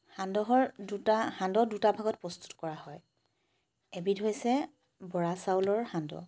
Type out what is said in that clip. সান্দহৰ দুটা সান্দহ দুটা ভাগত প্ৰস্তুত কৰা হয় এবিধ হৈছে বৰা চাউলৰ সান্দহ